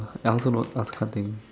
uh I also don't I also can't think